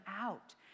out